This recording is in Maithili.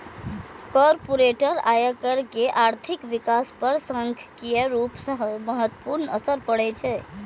कॉरपोरेट आयकर के आर्थिक विकास पर सांख्यिकीय रूप सं महत्वपूर्ण असर पड़ै छै